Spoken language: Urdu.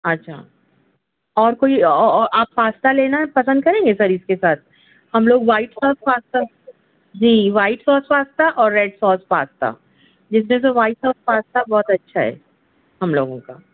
اچھا اور کوئی آپ پاستا لینا پسند کریں گے سر اِس کے ساتھ ہم لوگ وائٹ ساس پاستا جی وائٹ ساس پاستا اور ریڈ ساس پاستا جیسے سر وائٹ ساس پاستا بہت اچھا ہے ہم لوگوں کا